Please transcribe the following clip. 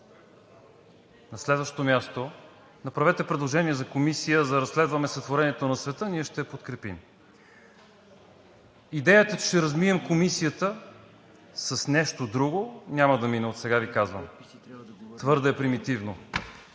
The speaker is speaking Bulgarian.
На следващо място, направете предложение за „Комисия да разследваме сътворението на света“ – ние ще я подкрепим. Идеята, че ще размием Комисията с нещо друго – няма да мине! Отсега Ви казвам! Твърде примитивно.